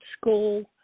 school